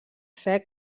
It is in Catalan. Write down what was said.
sec